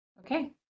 Okay